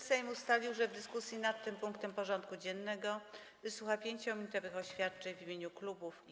Sejm ustalił, że w dyskusji nad tym punktem porządku dziennego wysłucha 5-minutowych oświadczeń w imieniu klubów i kół.